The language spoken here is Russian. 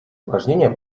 упражнения